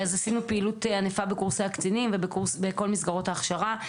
עשינו פעילות ענפה בקורסי הקצינים ובכל מסגרות ההכשרה.